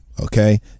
Okay